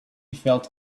felt